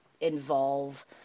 involve